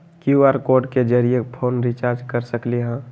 QR code के जरिय phone recharge कर सकली ह?